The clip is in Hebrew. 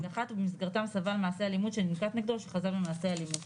חלק מההטבות.